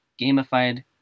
gamified